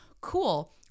cool